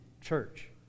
church